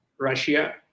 Russia